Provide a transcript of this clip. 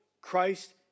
Christ